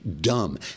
dumb